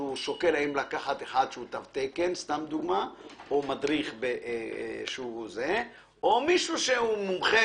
כשהוא שוקל האם לקחת אחד שיש לו תו תקן או מדריך או מישהו מומחה?